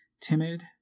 timid